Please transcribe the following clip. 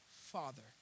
Father